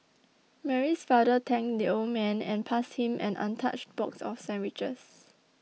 Mary's father thanked the old man and passed him an untouched box of sandwiches